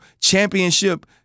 championship